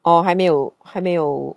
oh 还没有还没有